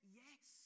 yes